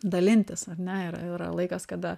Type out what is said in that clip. dalintis ar ne ir ir laikas kada